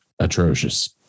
atrocious